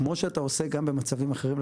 כמו שאתה עושה גם במצבים אחרים,